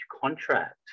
contract